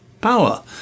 power